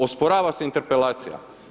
Osporava se interpelacija.